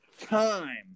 time